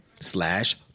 slash